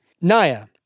Naya